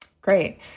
Great